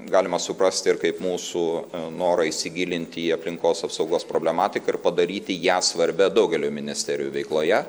galima suprasti ir kaip mūsų norą įsigilinti į aplinkos apsaugos problematiką ir padaryti ją svarbia daugelio ministerijų veikloje